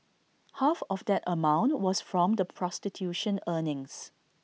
half of that amount was from the prostitution earnings